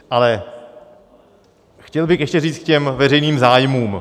Ale chtěl bych ještě říct k veřejným zájmům.